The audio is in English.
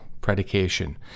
predication